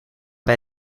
bij